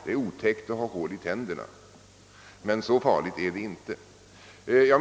Det är otäckt att ha hål i tänderna, men så farligt är det inte.